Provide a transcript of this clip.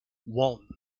one